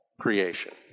creation